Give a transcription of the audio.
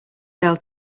sell